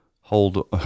hold